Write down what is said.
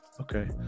Okay